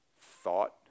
thought